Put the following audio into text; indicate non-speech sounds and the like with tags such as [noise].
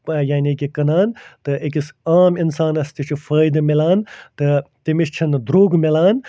[unintelligible] یعنی کہِ کٕنان تہٕ أکِس عام اِنسانس تہِ چھِ فٲیدٕ مِلان تہٕ تٔمِس چھِنہٕ درٛوٚگ مِلان